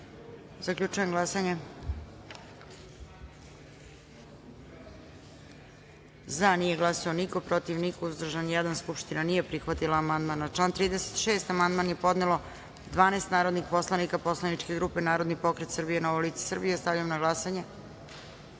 amandman. Zaključujem glasanje: za – nije glasao niko, protiv – niko, uzdržan – jedan. Skupština nije prihvatila amandman. Na član 70. amandman je podnelo 12 narodnih poslanika poslaničke grupe Narodni pokret Srbije – Novo lice Srbije. Stavljam na glasanje